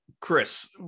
Chris